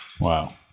Wow